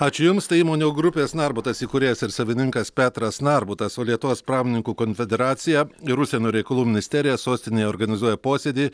ačiū jums tai įmonių grupės narbutas įkūrėjas ir savininkas petras narbutas lietuvos pramoninkų konfederacija ir užsienio reikalų ministerija sostinėje organizuoja posėdį